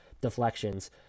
deflections